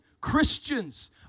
Christians